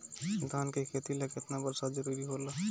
धान के खेती ला केतना बरसात जरूरी होला?